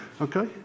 Okay